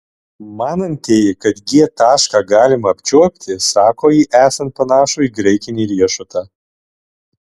manantieji kad g tašką galima apčiuopti sako jį esant panašų į graikinį riešutą